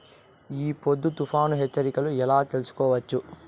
ఈ పొద్దు తుఫాను హెచ్చరికలు ఎలా తెలుసుకోవచ్చు?